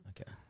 Okay